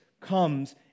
comes